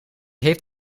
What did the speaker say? heeft